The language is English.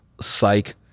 psych